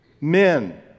Men